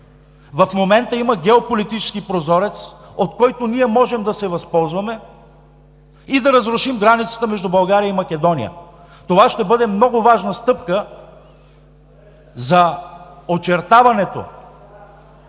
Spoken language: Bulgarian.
В момента има геополитически прозорец, от който ние можем да се възползваме и да разрушим границата между България и Македония. Това ще бъде много важна стъпка за очертаването